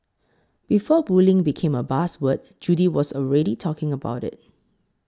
before bullying became a buzz word Judy was already talking about it